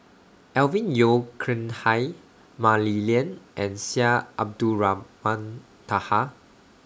Alvin Yeo Khirn Hai Mah Li Lian and Syed Abdulrahman Taha